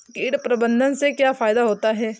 कीट प्रबंधन से क्या फायदा होता है?